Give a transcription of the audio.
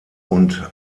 und